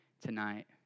tonight